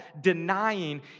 denying